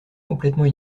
complètement